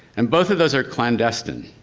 and both of those are clandestine,